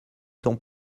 ton